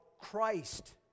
Christ